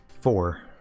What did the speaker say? Four